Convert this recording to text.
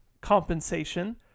compensation